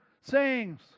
sayings